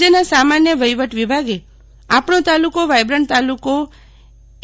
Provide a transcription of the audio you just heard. રાજયના સામાન્ય વહીવટ વિભાગે આપણો તાલુકો વાયબ્રન્ટ તાલુકો એ